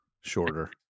shorter